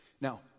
Now